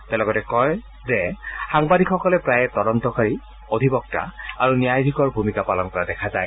তেওঁ লগতে কয় যে সাংবাদিকসকলে প্ৰায়ে তদন্তকাৰী অধিবক্তা আৰু ন্যায়াধীশৰ ভূমিকা পালন কৰা দেখা যায়